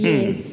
Yes